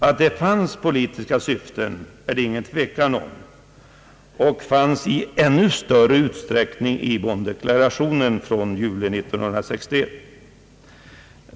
Att det fanns politiska syften är det ingen tvekan om; sådana fanns i ännu större utsträckning i Bonn-deklarationen från juli 1961.